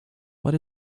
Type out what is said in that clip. what